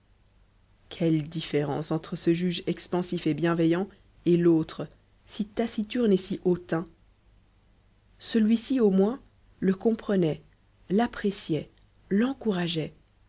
quelle différence entre ce juge expansif et bienveillant et l'autre si taciturne et si hautain celui-ci au moins le comprenait l'appréciait l'encourageait